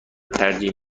ترجیح